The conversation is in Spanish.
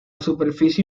superficie